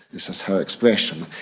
this is her expression.